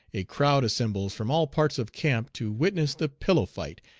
a crowd assembles from all parts of camp to witness the pillow fight,